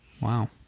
wow